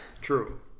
True